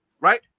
right